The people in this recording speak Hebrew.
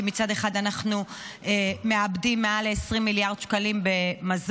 כי מצד אחד אנחנו מאבדים מעל 20 מיליארד שקלים במזון,